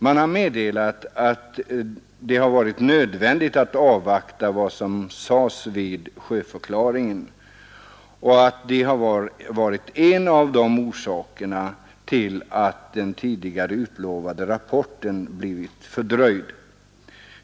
Den har meddelat att det varit nödvändigt att avvakta vad som sades vid sjöförklaringen och att det var en av orsakerna till att den tidigare utlovade rapporten blev fördröjd.